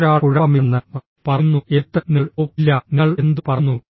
മറ്റൊരാൾ കുഴപ്പമില്ലെന്ന് പറയുന്നു എന്നിട്ട് നിങ്ങൾ ഓ ഇല്ല നിങ്ങൾ എന്തോ പറയുന്നു